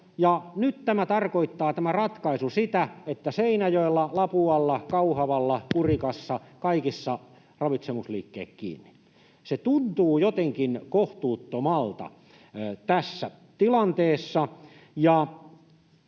nyt tämä ratkaisu tarkoittaa sitä, että Seinäjoella, Lapualla, Kauhavalla, Kurikassa, kaikissa, ravitsemusliikkeet kiinni. Se tuntuu jotenkin kohtuuttomalta tässä tilanteessa,